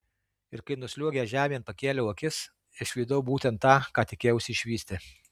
ir kai nusliuogęs žemėn pakėliau akis išvydau būtent tą ką tikėjausi išvysti